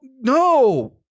No